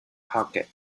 pocket